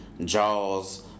Jaws